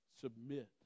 submit